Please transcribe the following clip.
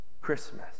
Christmas